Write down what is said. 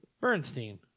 Bernstein